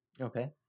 Okay